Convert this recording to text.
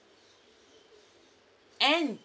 and